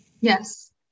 yes